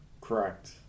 Correct